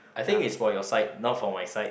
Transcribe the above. I think it's for your site not for my site